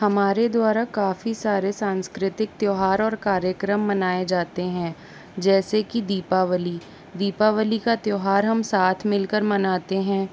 हमारे द्वारा काफ़ी सारे सांस्कृतिक त्योहार और कार्यक्रम मनाए जाते हैं जैसे की दीपावली दीपावली का त्योहार हम साथ मिलकर मनाते हैं